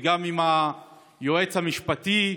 גם עם היועץ המשפטי,